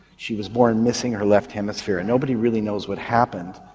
she was born missing her left hemisphere and nobody really knows what happened.